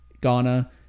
Ghana